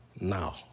now